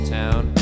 town